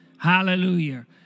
Hallelujah